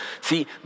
See